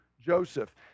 Joseph